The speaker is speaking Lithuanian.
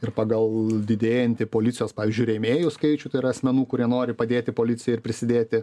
ir pagal didėjantį policijos pavyzdžiui rėmėjų skaičių tai yra asmenų kurie nori padėti policijai ir prisidėti